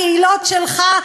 הקהילות שלך,